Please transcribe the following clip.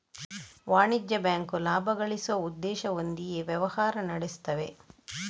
ವಾಣಿಜ್ಯ ಬ್ಯಾಂಕು ಲಾಭ ಗಳಿಸುವ ಉದ್ದೇಶ ಹೊಂದಿಯೇ ವ್ಯವಹಾರ ನಡೆಸ್ತವೆ